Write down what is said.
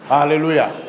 Hallelujah